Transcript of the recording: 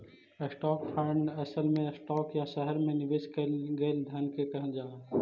stock fund असल में stock या शहर में निवेश कैल गेल धन के कहल जा हई